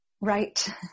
Right